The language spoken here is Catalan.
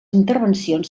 intervencions